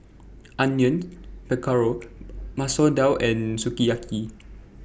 Onion Pakora Masoor Dal and Sukiyaki